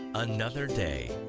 another day,